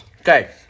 Okay